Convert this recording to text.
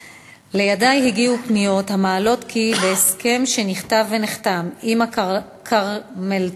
הגיעו לידי פניות המעלות כי בהסכם שנכתב ונחתם עם "כרמלטון"